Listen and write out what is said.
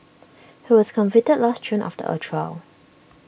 he was convicted last June after A trial